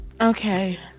Okay